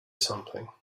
something